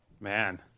Man